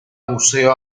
buceo